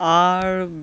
आर